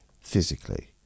physically